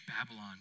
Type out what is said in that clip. Babylon